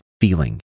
feeling